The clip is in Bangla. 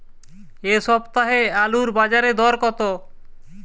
এ সপ্তাহে আলুর বাজারে দর কত?